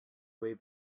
way